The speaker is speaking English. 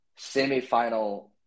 semifinal